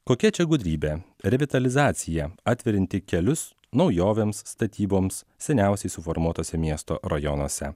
kokia čia gudrybė revitalizacija atverianti kelius naujovėms statyboms seniausiai suformuotuose miesto rajonuose